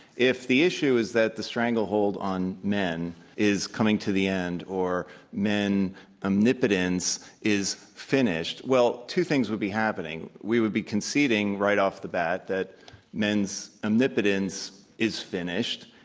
if the issue is that the stranglehold on men is coming to the end or men omnipotence is finished, well, two things would be happening. we would be conceding right off the bat that men's omnipotence is finished,